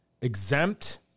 exempt